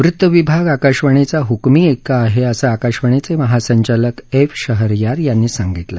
वृत्त विभाग आकाशवाणीचा हकमी एक्का आहे असं आकाशवाणीचे महासंचालक एफ शहरयार यांनी सांगितलं